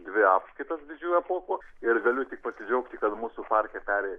dvi apskaitas didžiųjų apuokų ir galiu tik pasidžiaugti kad mūsų parke peri